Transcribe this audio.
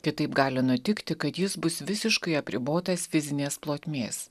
kitaip gali nutikti kad jis bus visiškai apribotas fizinės plotmės